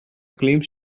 claims